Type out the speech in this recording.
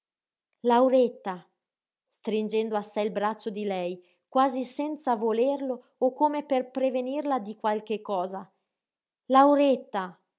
lauretta stringendo a sé il braccio di lei quasi senza volerlo o come per prevenirla di qualche cosa lauretta